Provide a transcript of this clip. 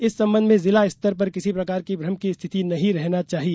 इस संबंध में जिला स्तर पर किसी प्रकार की भ्रम की स्थिति नहीं रहना चाहिए